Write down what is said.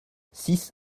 six